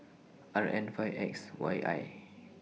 R N five X Y I